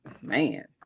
man